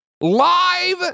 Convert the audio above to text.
Live